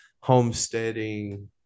homesteading